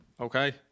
Okay